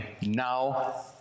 now